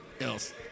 else